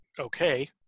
okay